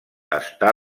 està